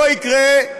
לא יקרה,